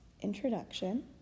introduction